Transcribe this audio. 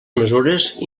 mesures